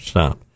Stop